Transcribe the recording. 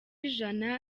ijana